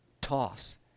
toss